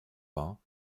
vingts